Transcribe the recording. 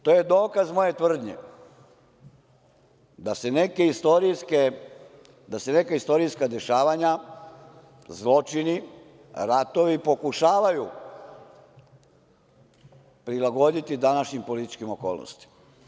To je dokaz moje tvrdnje da se neka istorijska dešavanja, zločini, ratovi pokušavaju prilagoditi današnjim političkim okolnostima.